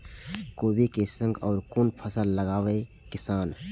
कोबी कै संग और कुन फसल लगावे किसान?